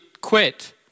Quit